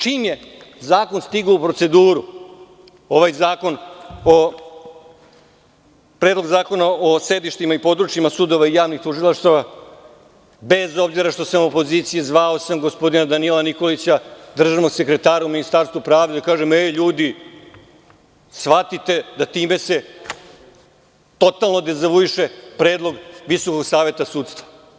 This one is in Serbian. Čim je zakon stigao u proceduru, ovaj Predlog zakon o sedištima i područjima sudova i javnih tužilaštava, bez obzira što sam opozicija, zvao sam gospodina Danila Nikolića, državnog sekretara u Ministarstvu pravde da kažem – ej ljudi, shvatite da time se totalno dezevuiše predlog Visokog saveta sudstva.